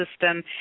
system